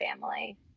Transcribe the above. family